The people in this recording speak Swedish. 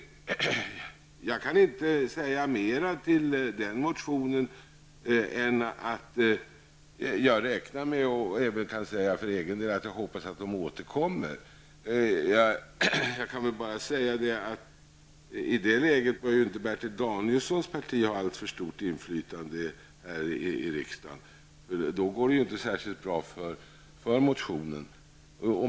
Jag kan inte säga mera om den motionen än att jag räknar med och för egen del hoppas att de återkommer med den. I det läget bör dock Bertil Danielssons parti inte ha alltför stort inflytande här i riksdagen, för då kommer det inte att gå särskilt bra för motionen.